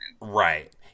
Right